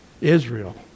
Israel